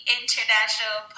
international